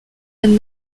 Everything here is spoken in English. and